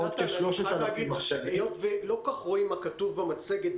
לא רואים מה כתוב במצגת,